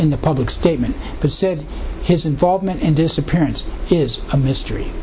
in the public statement but said his involvement in disappearance is a mystery